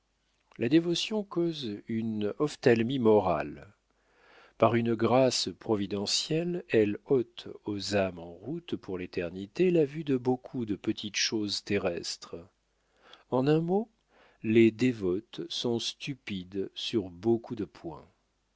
la dévotion cause une ophthalmie morale par une grâce providentielle elle ôte aux âmes en route pour l'éternité la vue de beaucoup de petites choses terrestres en un mot les dévotes sont stupides sur beaucoup de points